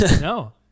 no